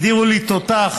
הגדירו לי תותח,